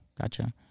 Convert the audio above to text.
gotcha